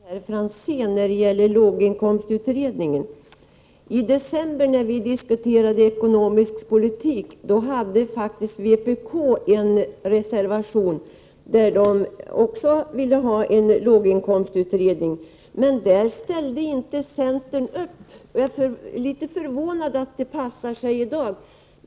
Herr talman! Jag vill börja med det sista och ställa en liten fråga till Ivar Franzén om låginkomstutredningen. I december, när vi diskuterade ekonomisk politik, förelåg faktiskt från vpk Prot. 1988/89:105 en reservation med krav på en låginkomstutredning. Men där ställde centern inte upp. Jag är litet förvånad över att det passar sig i dag.